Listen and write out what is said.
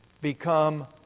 become